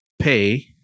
pay